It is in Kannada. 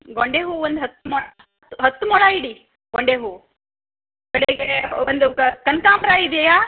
ಗೊಂಡೆ ಹೂ ಒಂದು ಹತ್ತು ಮೊಳ ಹತ್ತು ಮೊಳ ಇಡಿ ಗೊಂಡೆ ಹೂ ಒಂದು ಕನಕಾಂಬ್ರ ಇದೆಯಾ